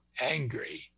angry